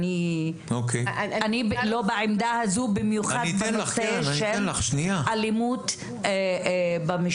אני לא בעמדה הזו במיוחד בנושא של אלימות במשפחה.